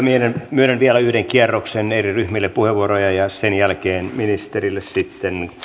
myönnän vielä yhden kierroksen eri ryhmille puheenvuoroja ja ja sen jälkeen ministerille sitten